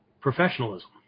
professionalism